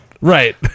Right